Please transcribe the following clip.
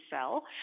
sell